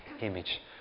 image